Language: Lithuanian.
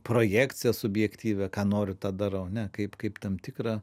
projekciją subjektyvią ką noriu tą darau ne kaip kaip tam tikrą